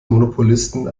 monopolisten